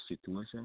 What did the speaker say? situation